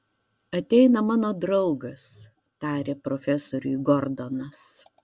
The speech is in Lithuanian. ateina mano draugas tarė profesoriui gordonas